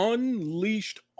Unleashed